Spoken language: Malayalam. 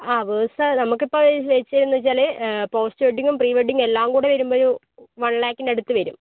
ആ വേഴ്സാ നമുക്കിപ്പോൾ ഇത് രജിസ്റ്റര് ചെയ്തൂന്ന് വെച്ചാൽ പോസ്റ്റ് വെഡ്ഡിങ്ങും പ്രീ വെഡ്ഡിങ്ങ് എല്ലാം കൂടെ വരുമ്പമൊരു വൺ ലാക്കിനടുത്ത് വരും